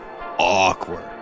awkward